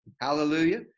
Hallelujah